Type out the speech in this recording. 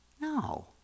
No